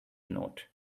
note